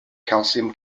calcium